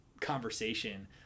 conversation